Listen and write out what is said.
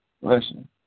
listen